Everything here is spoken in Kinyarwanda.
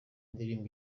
indirimbo